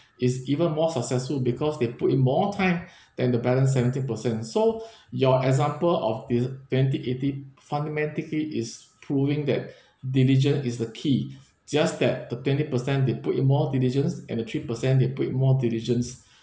is even more successful because they put in more time than the balance seventeen percent so your example of this twenty eighty fundamentally is proving that diligent is the key just that the twenty percent they put in more diligence and the three percent they put in more diligence